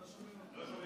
לא שומעים.